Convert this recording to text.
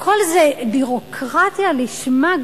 הכול זו ביורוקרטיה לשמה.